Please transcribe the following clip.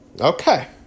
Okay